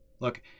look